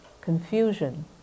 confusion